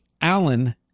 Allen